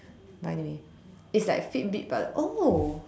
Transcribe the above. but anyway it's like fit bit but oh